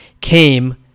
came